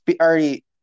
already